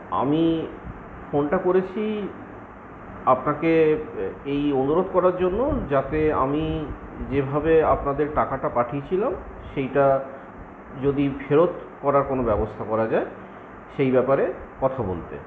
আমি ফোনটা করেছি আপনাকে এই অনুরোধ করার জন্য যাতে আমি যেভাবে আপনাদের টাকাটা পাঠিয়েছিলাম সেইটা যদি ফেরত করার কোনও ব্যবস্থা করা যায় সেই ব্যাপারে কথা বলতে